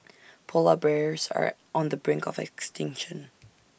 Polar Bears are on the brink of extinction